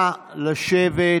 לשבת.